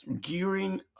Gearing